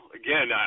again